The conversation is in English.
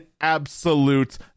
absolute